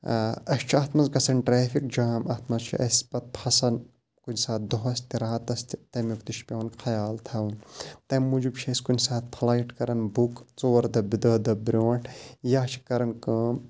اَسہِ چھُ اَتھ منٛز گژھان ٹرٮ۪فِک جام اَتھ منٛز چھِ اَسہِ پَتہٕ پھسان کُنہِ ساتہٕ دۄہَس تہِ راتَس تہِ تَمیُک تہِ چھُ پٮ۪وان خیال تھاوُن تَمہِ موٗجوٗب چھِ أسۍ کُنہِ ساتہٕ فٕلایٹ کَران بُک ژور دۄہ بہٕ دہ دۄہ برونٛٹھ یا چھِ کَران کٲم